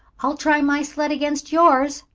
i'll try my sled against yours!